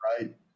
right